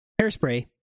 hairspray